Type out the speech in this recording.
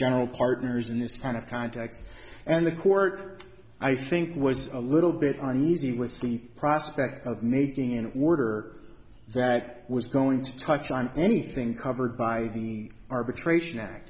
general partners in this kind of context and the court i think was a little bit uneasy with the prospect of making in order that was going to touch on anything covered by the arbitration act